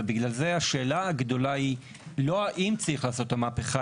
ובגלל זה השאלה הגדולה היא לא האם צריך לעשות את המהפכה,